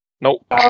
Nope